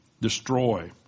Destroy